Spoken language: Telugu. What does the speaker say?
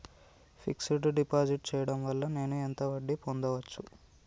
ఫిక్స్ డ్ డిపాజిట్ చేయటం వల్ల నేను ఎంత వడ్డీ పొందచ్చు?